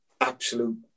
absolute